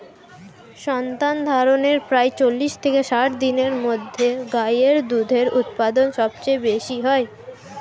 সন্তানধারণের প্রায় চল্লিশ থেকে ষাট দিনের মধ্যে গাই এর দুধের উৎপাদন সবচেয়ে বেশী হয়